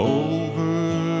over